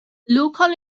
local